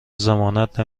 ضمانت